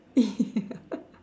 ya